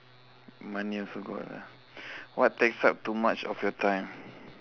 money also got lah what takes up too much of your time